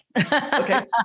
okay